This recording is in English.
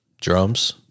Drums